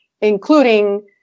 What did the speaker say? including